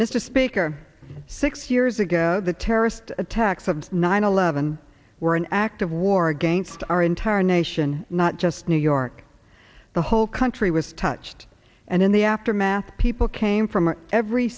mr speaker six years ago the terrorist attacks of nine eleven were an act of war against our entire nation not just new york the whole country was touched and in the aftermath people came from every